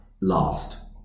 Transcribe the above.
last